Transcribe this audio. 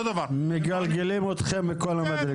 מגלגלים אתכם מכל המדרגות.